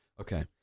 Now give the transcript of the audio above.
okay